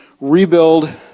rebuild